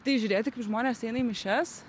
tai žiūrėti kaip žmonės eina į mišias